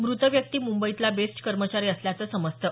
मृत व्यक्ती मुंबईतला बेस्ट कर्मचारी असल्याचं समजतं